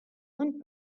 one